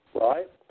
right